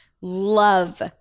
love